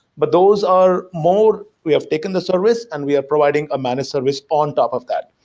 but those are more we have taken the service and we are providing a managed service on top of that.